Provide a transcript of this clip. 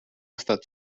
estat